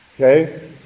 okay